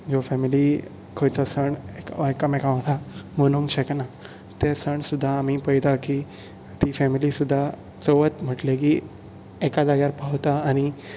ज्यो फॅमिली खंयचोय सण एकामेका वांगडा मनोवंक शकना ते सण सुद्दा आमी पळतात की आनी फॅमिली सुद्दां चवथ म्हणलें की एका जाग्यार पावता आनी